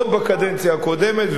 עוד בקדנציה הקודמת,